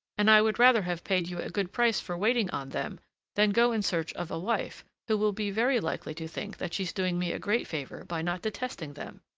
and i would rather have paid you a good price for waiting on them than go in search of a wife who will be very likely to think that she's doing me a great favor by not detesting them.